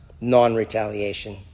non-retaliation